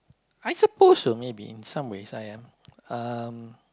I suppose so maybe in some ways I am um